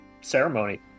Ceremony